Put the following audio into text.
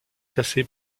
classé